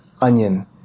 onion